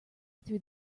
through